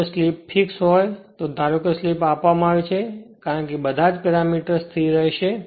જો slip fix હોય તો ધારો કે સ્લિપ આપવામાં આવે કારણ કે બધા જ પેરામીટર સ્થિર રહેશે